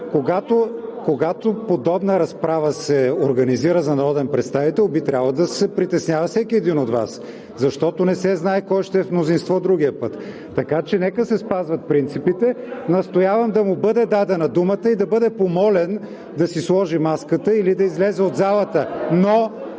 Когато подобна разправа се организира за народен представител, би трябвало да се притеснява всеки един от Вас, защото не се знае кой ще е в мнозинство другия път, така че нека се спазват принципите. Настоявам да му бъде дадена думата и да бъде помолен да си сложи маската или да излезе от залата,